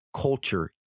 Culture